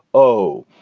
oh,